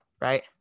Right